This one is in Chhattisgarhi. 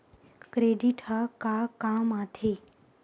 क्रेडिट ह का काम आथे?